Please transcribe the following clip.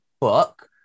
book